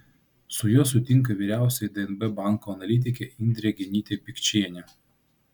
su juo sutinka vyriausioji dnb banko analitikė indrė genytė pikčienė